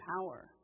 power